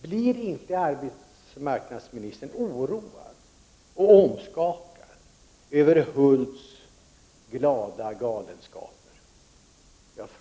Blir inte arbetsmarknadsministern oroad och omskakad över Hulths glada galenskaper?